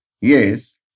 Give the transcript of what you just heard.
Yes